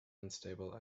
unstable